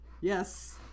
Yes